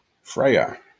freya